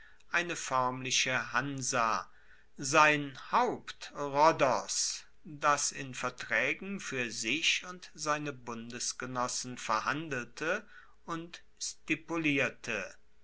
eine foermliche hansa sein haupt rhodos das in vertraegen fuer sich und seine bundesgenossen verhandelte und stipulierte